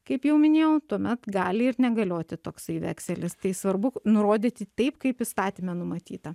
kaip jau minėjau tuomet gali ir negalioti toksai vekselis tai svarbu nurodyti taip kaip įstatyme numatyta